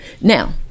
now